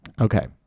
Okay